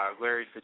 Larry